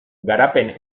garapen